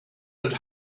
had